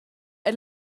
eir